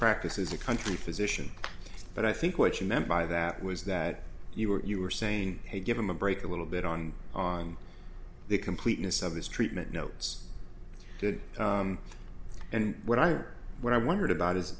practice as a country physician but i think what you meant by that was that you were saying hey give him a break a little bit on on the completeness of his treatment notes did and what i or what i wondered about is